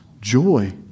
joy